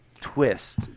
twist